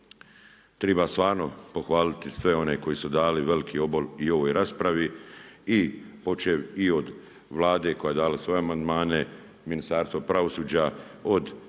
treba stvarno pohvaliti sve one koji su dali veliki obol i u ovoj raspravi i počev i od Vlade koja je dala svoje amandmane, Ministarstvo pravosuđa, od